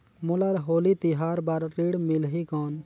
मोला होली तिहार बार ऋण मिलही कौन?